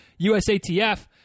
USATF